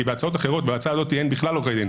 כי בהצעה הזאת אין בכלל עורכי דין.